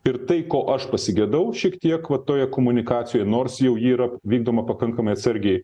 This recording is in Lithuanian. ir tai ko aš pasigedau šiek tiek va toje komunikacijoj nors jau yra vykdoma pakankamai atsargiai